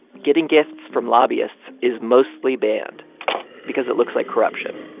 getting gifts from lobbyists is mostly banned because it looks like corruption.